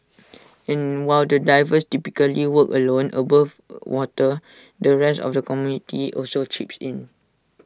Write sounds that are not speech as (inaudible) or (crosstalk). (noise) and while the divers typically work alone above water the rest of the community also chips in